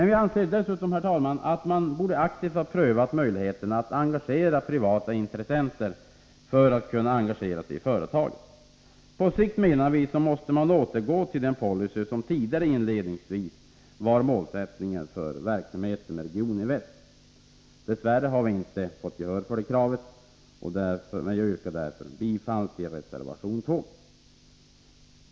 Vi anser dessutom, herr talman, att man aktivt borde ha prövat möjligheterna att få privata intressenter att engagera sig i företaget. Vi anser att man på sikt måste återgå till den policy som tidigare var målsättningen för verksamheten inom Regioninvest. Dess värre har vi inte fått gehör för det kravet, och jag yrkar därför bifall till reservation 2.